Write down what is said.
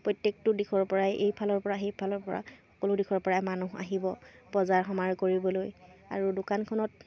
প্ৰত্যেকটো দিশৰপৰাই এইফালৰপৰা সেইফালৰপৰা সকলো দিশৰপৰাই মানুহ আহিব বজাৰ সমাৰ কৰিবলৈ আৰু দোকানখনত